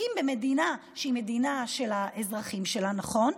חוקים במדינה שהיא מדינה של האזרחים שלה, נכון?